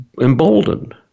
emboldened